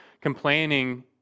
complaining